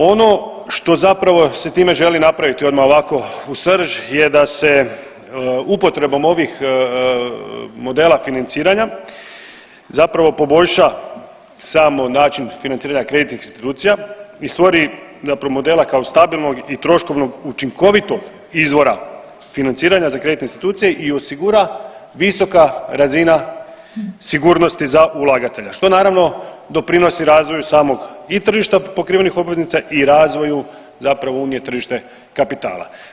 Ono što zapravo se time želi napraviti odmah ovako u srž je da se upotrebom ovih modela financiranja zapravo poboljša samo način financiranja kreditnih institucija i stvori, zapravo modela kao stabilnog i troškovno učinkovitog izvora financiranja za kreditne institucije i osigura visoka razina sigurnosti za ulagatelja što naravno doprinosi razvoju i samog tržišta pokrivenih obveznica i razvoju zapravo unije, tržište kapitala.